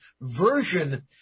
version